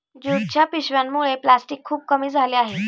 ज्यूटच्या पिशव्यांमुळे प्लॅस्टिक खूप कमी झाले आहे